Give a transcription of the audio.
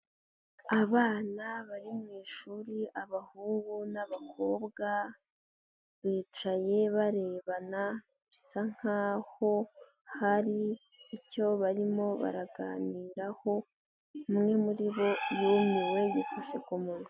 Abana bari mu ishuri abahungu n'abakobwa bicaye barebana bisa nkaho hari icyo barimo baraganiraho, umwe muri bo yumiwe yifashe ku munwa.